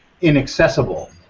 inaccessible